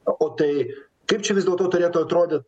o tai kaip čia vis dėlto turėtų atrodyt